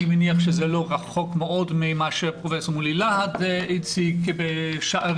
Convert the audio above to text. אני מניח שזה לא רחוק מאוד ממה שפרופ' מולי להד הציג ב'שערים'.